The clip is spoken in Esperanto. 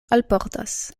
alportas